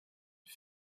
une